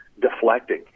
deflecting